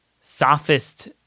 sophist